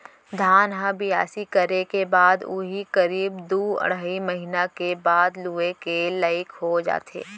धान ह बियासी करे के बाद उही करीब दू अढ़ाई महिना के बाद लुए के लाइक हो जाथे